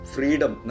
Freedom